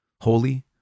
holy